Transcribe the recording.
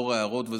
לאור ההערות,